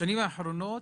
בשנים האחרונות,